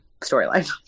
storyline